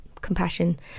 compassion